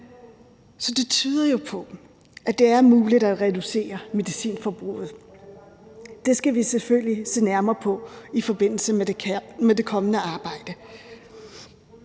Så det tyder jo på, at det er muligt at reducere medicinforbruget. Det skal vi selvfølgelig se nærmere på i forbindelse med det kommende arbejde.